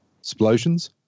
Explosions